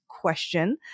question